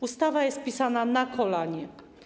Ustawa jest pisana na kolanie.